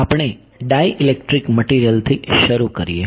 તેથી આપણે ડાયઇલેક્ટ્રીક મટિરિયલથી શરૂ કરીએ